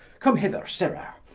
come hither sirrah,